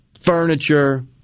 furniture